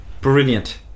brilliant